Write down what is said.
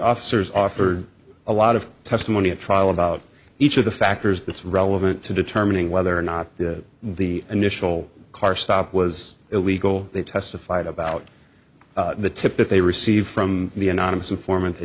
officers offered a lot of testimony at trial about each of the factors that's relevant to determining whether or not the the initial car stop was illegal they testified about the tip that they received from the anonymous informant t